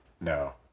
No